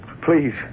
Please